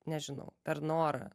nežinau per norą